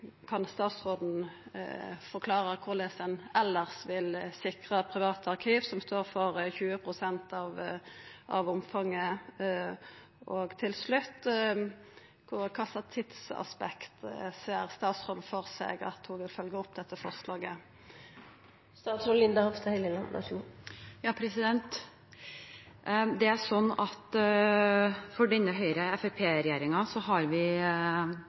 kan statsråden forklara korleis ein elles vil sikra private arkiv, som står for 20 pst. av omfanget? Og til slutt: Innan kva tidsaspekt ser statsråden for seg at ho vil følgja opp dette forslaget? Denne Høyre–Fremskrittsparti-regjeringen har stor tillit til våre virksomheter. Det har jeg også til Arkivverket og til Kulturrådet. Derfor har regjeringen tillit til at